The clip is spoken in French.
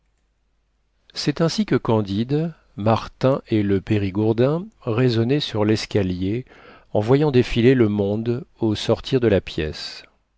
c'est ainsi que candide martin et le périgourdin raisonnaient sur l'escalier en voyant défiler le monde au sortir de la pièce